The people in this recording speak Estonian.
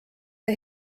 see